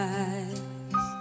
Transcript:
eyes